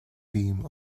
beam